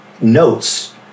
notes